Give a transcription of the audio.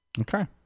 Okay